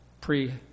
pre